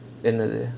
என்னது:ennathu